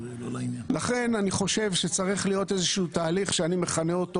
לכן אני חושב שצריך להיות איזשהו תהליך שאני מכנה אותו